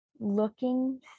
looking